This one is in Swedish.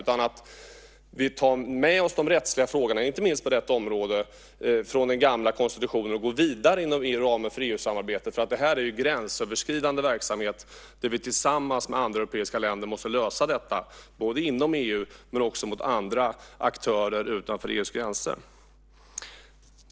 Låt oss ta med oss de rättsliga frågorna, inte minst på detta område, från den gamla konstitutionen och gå vidare inom ramen för EU-samarbetet! Detta är ju gränsöverskridande verksamhet och någonting som vi måste lösa tillsammans med andra europeiska länder både inom EU och utanför EU:s gränser.